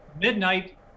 midnight